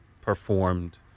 performed